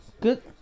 good